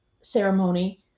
ceremony